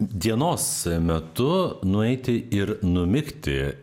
dienos metu nueiti ir numigti